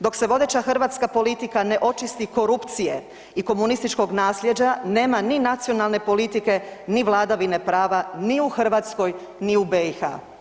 Dok se vodeća hrvatska politika ne očisti korupcije i komunističkog nasljeđa nema ni nacionalne politike ni vladavine prava ni u Hrvatskoj ni u BiH.